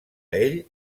ell